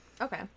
Okay